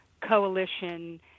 coalition